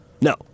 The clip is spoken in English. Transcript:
No